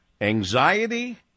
anxiety